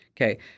Okay